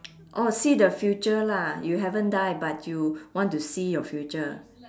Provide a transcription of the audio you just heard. oh see the future lah you haven't die but you want to see your future